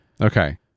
Okay